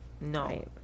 no